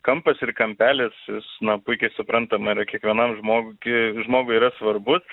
kampas ir kampelis jis na puikiai suprantama yra kiekvienam žmogui žmogui yra svarbus